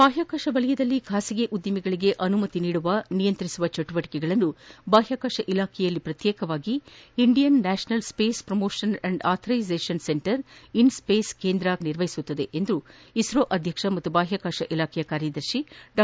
ಬಾಹ್ನಾಕಾಶ ವಲಯದಲ್ಲಿ ಖಾಸಗಿ ಉಧಿಮೆಗಳಿಗೆ ಅನುಮತಿ ನೀಡುವ ನಿಯಂತ್ರಿಸುವ ಚಿಟುವಟಕೆಗಳನ್ನು ಬಾಹ್ನಾಕಾಶ ಇಲಾಖೆಯಲ್ಲಿ ಪ್ರತ್ಯೇಕವಾಗಿ Indian national space promotion and authorization centre INSPACe ಕೇಂದ್ರ ಕಾರ್ಯ ನಿರ್ವಹಿಸಲಿದೆ ಎಂದು ಇಸ್ತೋ ಅಧ್ಯಕ್ಷ ಹಾಗೂ ಬಾಹ್ಕಾಕಾಶ ಇಲಾಖೆ ಕಾರ್ಯದರ್ತಿ ಡಾ